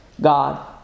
God